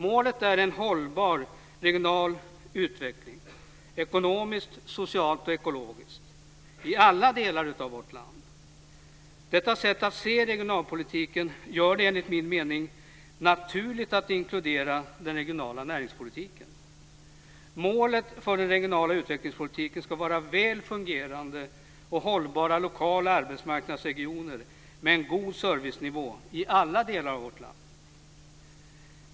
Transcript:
Målet är en hållbar regional utveckling - ekonomiskt, socialt och ekologiskt - i alla delar av vårt land. Detta sätt att se regionalpolitiken gör det enligt min mening naturligt att inkludera den regionala näringspolitiken. Målet för den regionala utvecklingspolitiken ska vara väl fungerande och hållbara lokala arbetsmarknadsregioner med en god servicenivå i alla delar av vårt land.